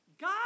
God